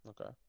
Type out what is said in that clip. Okay